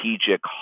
strategic